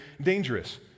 dangerous